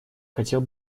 хотел